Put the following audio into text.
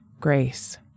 grace